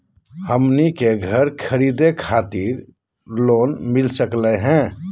हमनी के घर खरीदै खातिर लोन मिली सकली का हो?